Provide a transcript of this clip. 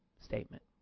statement